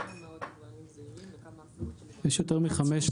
כמה מאות יבואנים זעירים וכמה עשרות יבואנים --- יש יותר מ-500.